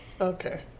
Okay